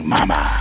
Mama